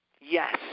Yes